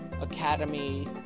academy